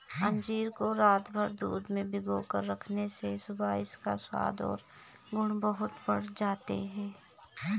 अंजीर को रातभर दूध में भिगोकर रखने से सुबह इसका स्वाद और गुण बहुत बढ़ जाते हैं